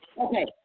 Okay